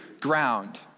ground